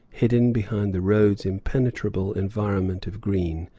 hidden behind the road's impenetrable environment of green,